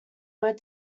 word